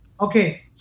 Okay